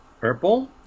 Purple